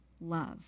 love